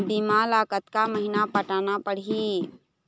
बीमा ला कतका महीना पटाना पड़ही?